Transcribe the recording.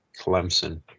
Clemson